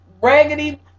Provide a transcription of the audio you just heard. raggedy